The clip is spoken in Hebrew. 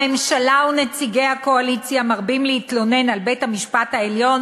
הממשלה ונציגי הקואליציה מרבים להתלונן על בית-המשפט העליון,